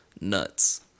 nuts